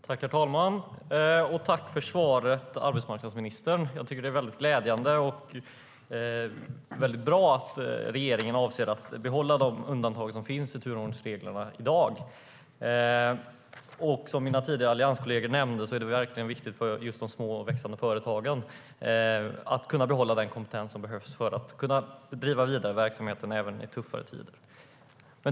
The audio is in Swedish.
Herr talman! Tack för svaret, arbetsmarknadsministern! Det är glädjande och bra att regeringen avser att behålla de undantag som finns i turordningsreglerna i dag. Precis som mina allianskolleger nämnde tidigare är det verkligen viktigt för de små och växande företagen att få behålla den kompetens som behövs för att driva vidare verksamheterna även i tuffa tider.